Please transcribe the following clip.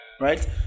Right